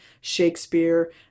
shakespeare